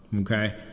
okay